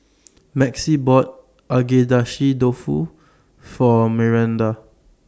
Maxie bought Agedashi Dofu For Miranda